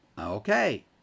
Okay